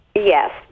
Yes